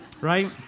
Right